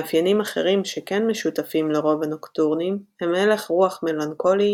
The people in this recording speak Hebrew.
מאפיינים אחרים שכן משותפים לרוב הנוקטורנים הם הלך רוח מלנכולי